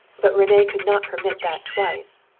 but rene could not permit that twice.